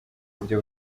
buryo